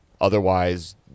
Otherwise